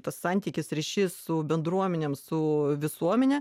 tas santykis ryšys su bendruomenėm su visuomene